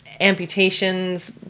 amputations